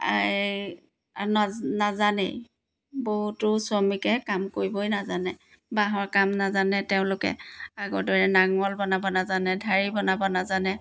নাজানেই বহুতো শ্ৰমিকে কাম কৰিবই নাজানে বাঁহৰ কাম নাজানে তেওঁলোকে আগৰ দৰে নাঙল বনাব নাজানে ঢাৰি বনাব নাজানে